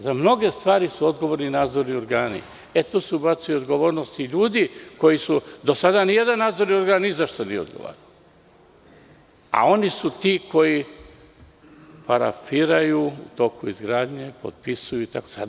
Za mnoge stvari su odgovorni nadzorni organi, tu se ubacuje i odgovornost ljudi koji, do sada ni jedan nadzorni organ ni za šta nije odgovarao, a oni su ti koji parafiraju u toku izgradnje, potpisuju itd.